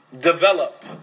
develop